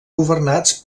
governats